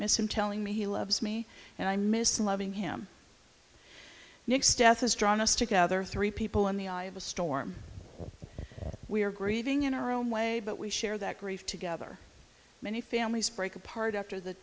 miss him telling me he loves me and i miss loving him next death has drawn us together three people in the eye of a storm we are grieving in our own way but we share that grief together many families break apart after the